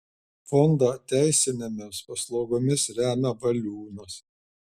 fondą teisinėmis paslaugomis remia valiunas